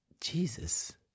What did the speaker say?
Jesus